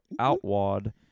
Outwad